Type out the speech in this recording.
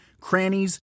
crannies